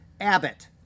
abbott